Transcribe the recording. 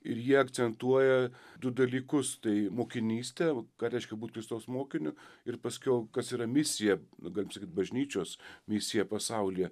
ir ji akcentuoja du dalykus tai mokinystę ką reiškia būt kristaus mokiniu ir paskiau kas yra misija nu galim sakyt bažnyčios misija pasaulyje